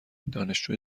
دانشجو